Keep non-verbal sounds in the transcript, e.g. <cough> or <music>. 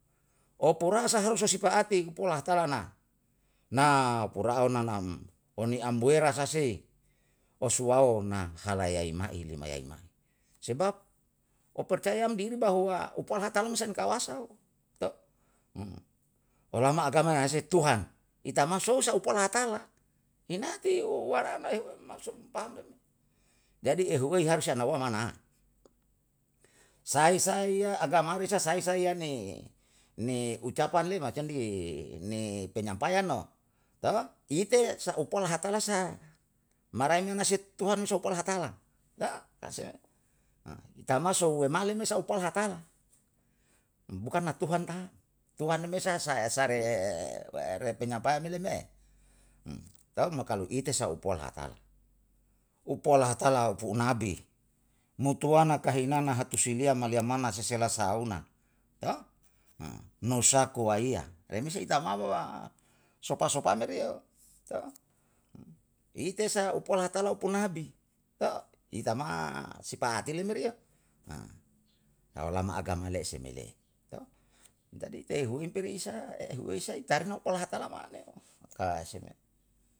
Oporasa harus se sipatai upu lahatala na na purao na nam oni amboera ka sei osuwao na halayaima'i lemayaima, sebab, umpercaya diri bahwa upu lahatala seng i kawasao to? <hesitation> olamma agama nayase tuhan, itama sou sa upuo lahatala inati yo warana ehuwem maksud um pande me, jadi ehuei harus anauwa wana sai saiya agamaru yesa sai saiyane ne ucapan le macam di ne penyampaian no, to? Ite saupuo lahatala sa, marai me na se tuhan mo sopu lahatala, to? Ka seme? <hesitation> itama sou waemale ne sa upa lahatala, bukan na tuhan ka, tuhan me sa sahe sare penyampaian meleme <hesitation> mo to <hesitation> mo kalo ite saupuo lahatala. Upulo lahata, upu nabi, mutua naka hinana hatusiliya maliya mana sela sauna to? <hesitation> nusaku waliya, remese ita mama ma sopa sopa meriyo to? <hesitation> ite sa upulo lahatala upu nabi, to itama'a sipaati le meriyo <hesitation> kalu lama agama le'se me le to? Jadi tei huin perisa ehuwei sai tare no ko lahatala maneo ka se me